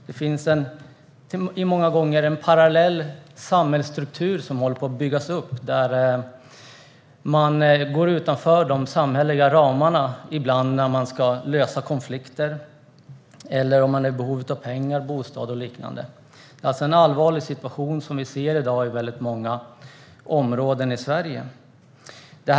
Och många gånger håller en parallell samhällsstruktur på att byggas upp, där man ibland går utanför de samhälleliga ramarna när man ska lösa konflikter eller om man är i behov av pengar, bostad eller liknande. Vi ser alltså en allvarlig situation i väldigt många områden i Sverige i dag.